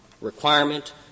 requirement